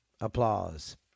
applause